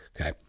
okay